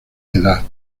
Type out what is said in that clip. edad